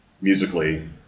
musically